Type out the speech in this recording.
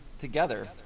together